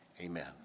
amen